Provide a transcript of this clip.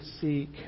seek